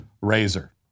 razor